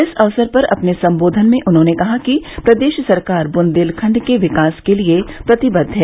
इस अवसर पर अपने सम्बोधन में उन्होंने कहा कि प्रदेश सरकार बुन्देलखण्ड के विकास के लिये प्रतिबद्व है